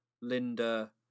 Linda